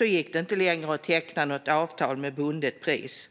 gick det inte längre att teckna avtal med bundet pris.